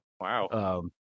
Wow